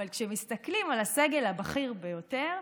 אבל כשמסתכלים על הסגל הבכיר ביותר,